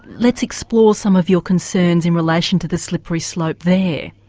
let's explore some of your concerns in relation to the slippery slope there?